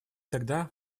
тогда